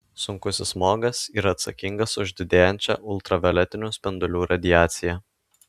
sunkusis smogas yra atsakingas už didėjančią ultravioletinių spindulių radiaciją